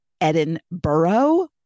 Edinburgh